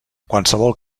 qualsevol